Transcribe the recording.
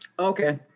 Okay